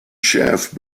shaft